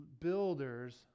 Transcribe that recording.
builders